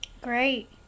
Great